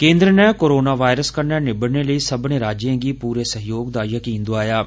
केन्द्र नै corona virus कन्नै निब्बड़ने लेई सब्मनें राज्यें गी पूरे सैहयोग दा यकीन दोआया ऐ